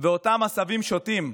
ואותם עשבים שוטים,